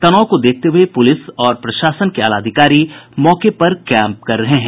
तनाव को देखते हुए प्रलिस और प्रशासन के आलाधिकारी मौके पर कैंप कर रहे हैं